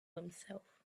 himself